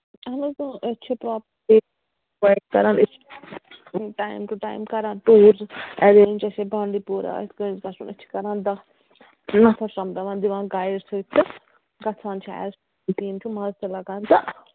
اَہن حظ اۭں أسۍ چھِ کران ٹایم ٹُہ ٹایم کران ٹوٗر اٮ۪رینج جیسے بانڈی پورا أسۍ چھِ دہ نَفر سومبراوان دِوان گَایِڈ سۭتۍ تہٕ گژھان چھِ مَزٕ تہِ لَگان تہٕ